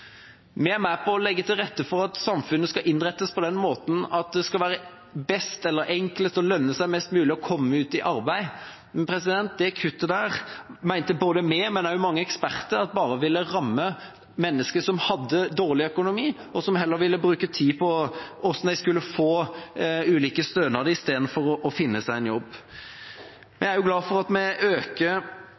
Vi er med på å legge til rette for at samfunnet skal innrettes slik at det skal være best, eller enklest, og lønne seg mest mulig å komme i arbeid. Det kuttet mente både vi og mange eksperter bare ville ramme mennesker som hadde dårlig økonomi, og som da heller ville brukt tid på å finne ut hvordan de skulle få ulike stønader, i stedet for å finne seg en jobb. Vi er også glad for at vi øker